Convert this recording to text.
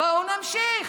בואו נמשיך.